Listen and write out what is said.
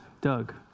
Doug